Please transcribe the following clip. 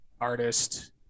artist